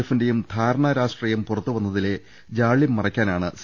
എഫിന്റെയും ധാരണാ രാഷ്ട്രീയം പുറത്തുവന്നതിലെ ജാള്യം മറയ്ക്കാ നാണ് സി